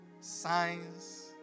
signs